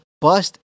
bust